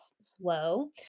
slow